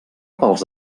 pels